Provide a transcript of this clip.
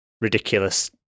ridiculous